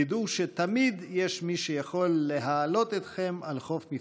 תדעו שתמיד יש מי שיכול להעלות אתכם על חוף מבטחים.